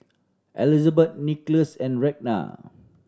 Elisabeth Nicolas and Ragna